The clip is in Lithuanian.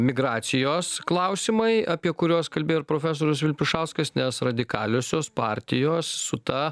migracijos klausimai apie kuriuos kalbėjo profesorius vilpišauskas nes radikaliosios partijos su ta